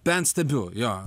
bent stebiu jo